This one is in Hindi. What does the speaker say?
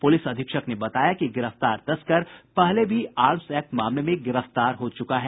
पूलिस अधीक्षक ने बताया कि गिरफ्तार तस्कर पहले भी आर्म्स एक्ट मामले में गिरफ्तार हो चुका है